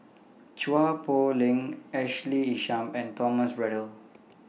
Chua Poh Leng Ashley Isham and Thomas Braddell